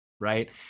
right